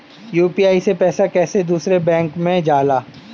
UPI से पैसा कैसे दूसरा बैंक मे जाला?